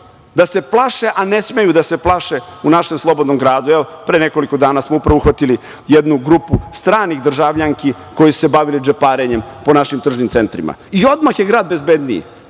da se plaše, a ne smeju da se plaše u našem slobodnom gradu. Evo, pre nekoliko dana smo upravo uhvatili jednu grupu stranih državljanki koje su se bavile džeparenjem po našim tržnim centrima i odmah je grad bezbedniji.